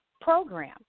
Program